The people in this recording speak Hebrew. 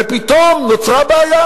ופתאום נוצרה בעיה.